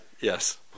Yes